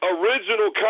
original